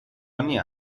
ogni